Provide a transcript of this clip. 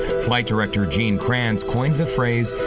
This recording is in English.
flight director gene kranz coined the phrase,